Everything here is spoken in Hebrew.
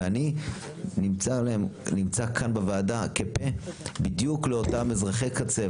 ואני נמצא כאן בוועדה כפה בדיוק לאותם אזרחי קצה.